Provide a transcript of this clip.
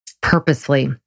purposely